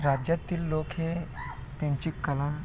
राज्यातील लोक हे त्यांची कला